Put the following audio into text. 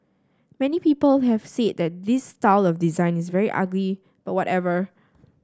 many people have said that this style of design is very ugly but whatever